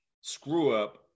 screw-up